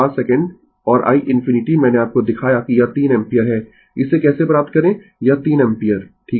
तो 05 सेकंड और i ∞ मैंने आपको दिखाया कि यह 3 एम्पीयर है इसे कैसे प्राप्त करें यह 3 एम्पीयर ठीक है